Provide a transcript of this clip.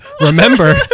Remember